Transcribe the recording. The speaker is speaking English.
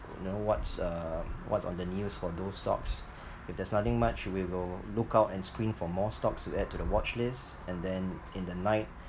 you know what's uh what's on the news for those stocks if there's nothing much we will look out and screen for more stocks to add to the watchlist and then in the night